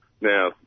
Now